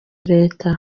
leta